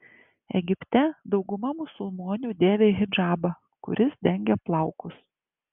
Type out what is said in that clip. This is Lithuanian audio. egipte dauguma musulmonių dėvi hidžabą kuris dengia plaukus